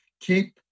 keep